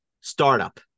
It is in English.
Startup